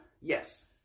yes